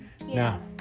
Now